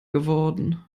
geworden